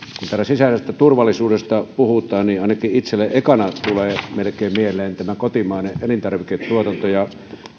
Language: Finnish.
kun täällä sisäisestä turvallisuudesta puhutaan niin ainakin itselleni melkein ekana tulee mieleen kotimainen elintarviketuotanto ja